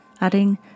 adding